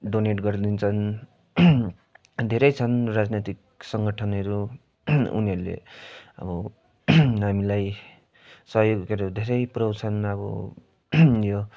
donate गरिदिन्छन् धेरै छन् राजनैतिक सङ्गठनहरू उनीहरूले अब हामीलाई सहयोगहरू धेरै पुऱ्याउँछन् अब यो